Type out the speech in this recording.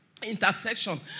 Intersection